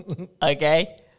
Okay